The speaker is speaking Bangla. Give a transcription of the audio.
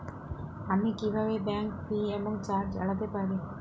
আমি কিভাবে ব্যাঙ্ক ফি এবং চার্জ এড়াতে পারি?